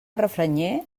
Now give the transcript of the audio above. refranyer